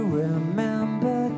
remember